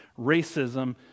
Racism